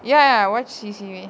ya what she's you